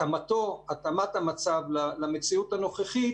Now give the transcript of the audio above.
ובהתאמת המצב למציאות הנוכחית